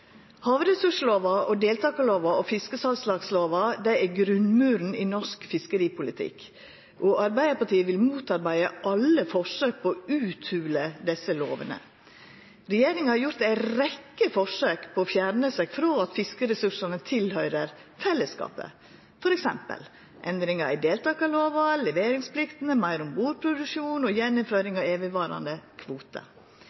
Havressurslova, deltakarlova og fiskesalslagslova er grunnmuren i norsk fiskeripolitikk, og Arbeidarpartiet vil motarbeida alle forsøk på å hòla ut desse lovene. Regjeringa har gjort ei rekkje forsøk på å fjerna seg frå at fiskeressursane høyrer til fellesskapet, f.eks. endringar i deltakarlova, leveringspliktene, meir ombordproduksjon og